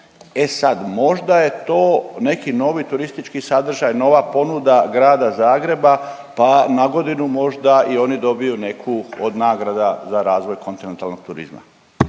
E sad možda je to neki novi turistički sadržaj, nova ponuda grada Zagreba, pa na godinu možda i oni dobiju neku od nagrada za razvoj kontinentalnog turizma.